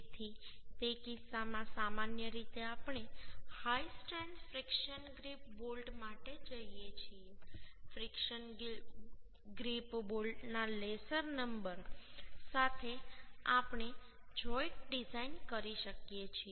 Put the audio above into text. તેથી તે કિસ્સામાં સામાન્ય રીતે આપણે high strength friction grip bolt માટે જઈએ છીએ ફ્રિકશન ગ્રિપ બોલ્ટના લેસર નંબર સાથે આપણે જોઈન્ટ ડિઝાઇન કરી શકીએ છીએ